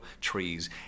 trees